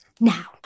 Now